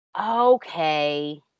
Okay